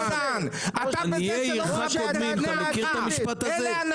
עניי עירך קודמים, אתה מכיר את המשפט הזה?